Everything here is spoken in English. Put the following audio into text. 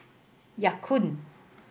Ya Kun